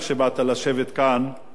כי אני הולך להתייחס,